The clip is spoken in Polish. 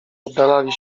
oddalali